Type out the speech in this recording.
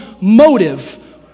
motive